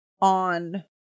on